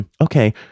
okay